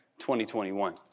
2021